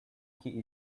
key